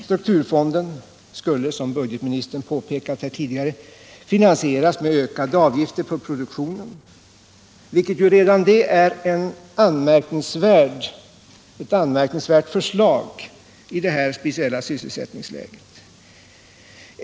Strukturfonden skulle, som budgetministern påpekat här tidigare, finansieras med ökade avgifter på produktionen, vilket ju redan det är ett anmärkningsvärt förslag i detta speciella sysselsättningsläge.